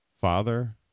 father